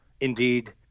indeed